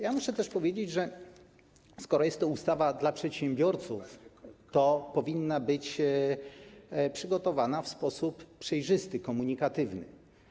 Ja muszę też powiedzieć, że skoro jest to ustawa dla przedsiębiorców, to powinna być przygotowana w sposób przejrzysty i komunikatywny.